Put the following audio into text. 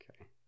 Okay